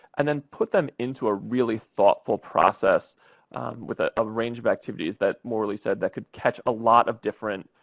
and then put them into a really thoughtful process with ah a range of activities that morralee said that could catch a lot of different,